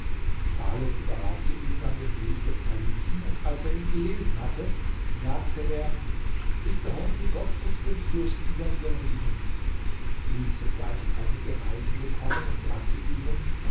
taleb überreichte ihm dann den brief des kalifen und als er ihn gelesen hatte sagte er ich gehorche gott und dem fürsten der gläubigen ließ sogleich einige reisende kommen und sagte ihnen